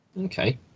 okay